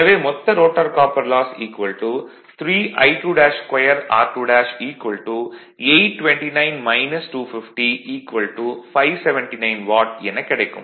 எனவே மொத்த rotor copper loss 3I22 r2 579 watt எனக் கிடைக்கும்